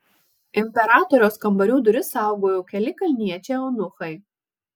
imperatoriaus kambarių duris saugojo keli kalniečiai eunuchai